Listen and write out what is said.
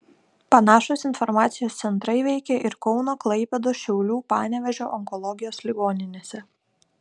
panašūs informacijos centrai veikė ir kauno klaipėdos šiaulių panevėžio onkologijos ligoninėse